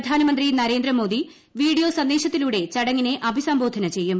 പ്രധാനമന്ത്രി നരേന്ദ്രമോദി വീഡിയോ സന്ദേശത്തിലൂടെ ചടങ്ങിനെ അഭിസംബോധന ചെയ്യും